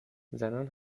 زنان